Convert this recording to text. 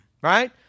right